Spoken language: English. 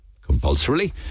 compulsorily